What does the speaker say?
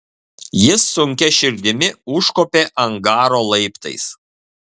jis sunkia širdimi užkopė angaro laiptais